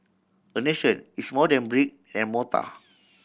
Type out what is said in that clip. a nation is more than brick and mortar